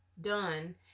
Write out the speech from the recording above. done